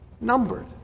Numbered